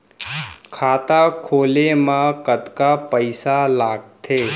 खाता खोले मा कतका पइसा लागथे?